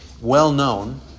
well-known